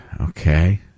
okay